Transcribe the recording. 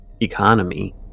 economy